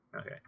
Okay